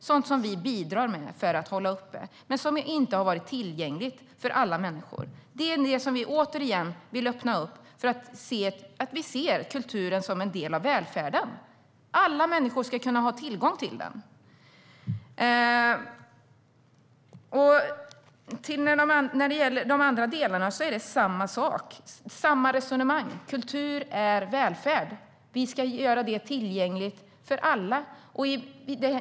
Det är sådant vi bidrar till att hålla uppe men som inte har varit tillgängligt för alla människor. Det är det vi återigen vill öppna upp, eftersom vi ser kulturen som en del av välfärden. Alla människor ska kunna ha tillgång till den. När det gäller de andra delarna är det samma sak och samma resonemang, det vill säga att kultur är välfärd. Vi ska göra det tillgängligt för alla.